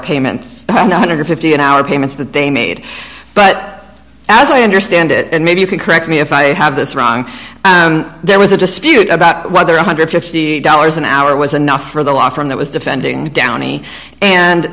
payment nine hundred and fifty dollars an hour payments that they made but as i understand it and maybe you can correct me if i have this wrong there was a dispute about whether one one hundred and fifty dollars an hour was enough for the law firm that was defending downey and